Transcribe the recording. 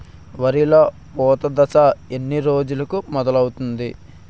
వరిలో పూత దశ ఎన్ని రోజులకు మొదలవుతుంది?